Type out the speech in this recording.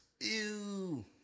Ew